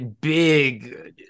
big